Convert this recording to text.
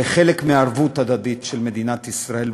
וחלק מהערבות ההדדית של מדינת ישראל,